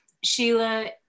Sheila